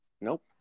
Nope